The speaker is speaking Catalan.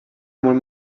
molt